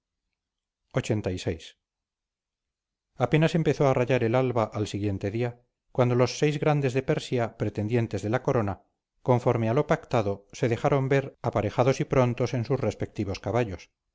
lxxxvi apenas empezó a rayar el alba al siguiente día cuando los seis grandes de persia pretendientes de la corona conforme a lo pactado se dejaron ver aparejados y prontos en sus respectivos caballos